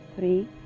three